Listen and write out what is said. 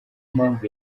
mpamvu